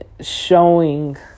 showing